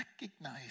recognize